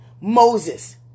Moses